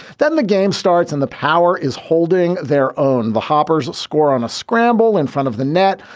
then the game starts and the power is holding their own. the hoppers score on a scramble in front of the net,